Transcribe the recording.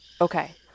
Okay